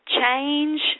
change